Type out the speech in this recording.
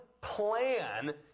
plan